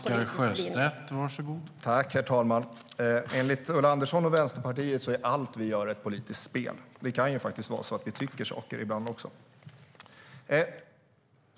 Herr talman! Enligt Ulla Andersson och Vänsterpartiet är allt som vi gör ett politiskt spel. Det kan faktiskt vara på det sättet att vi tycker saker ibland.